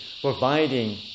providing